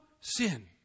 sin